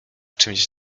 czymś